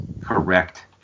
Correct